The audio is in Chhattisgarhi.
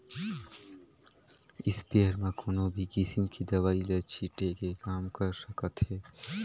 इस्पेयर म कोनो भी किसम के दवई ल छिटे के काम कर सकत हे